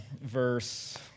verse